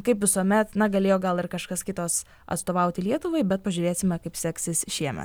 kaip visuomet na galėjo gal kažkas kitos atstovauti lietuvai bet pažiūrėsime kaip seksis šiemet